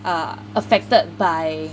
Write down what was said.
uh affected by